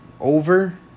over